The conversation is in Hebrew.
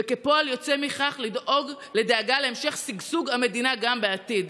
וכפועל יוצא מכך להמשך שגשוג המדינה גם בעתיד.